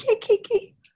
Kiki